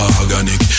organic